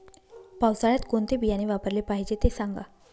पावसाळ्यात कोणते बियाणे वापरले पाहिजे ते सांगा